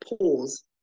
pause